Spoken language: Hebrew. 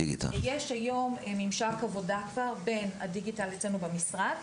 יש היום ממשק עבודה כבר בין הדיגיטל אצלנו במשרד,